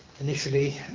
Initially